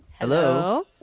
hello?